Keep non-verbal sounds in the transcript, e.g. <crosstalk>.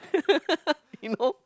<laughs> you know